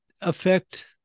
affect